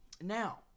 Now